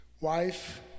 Wife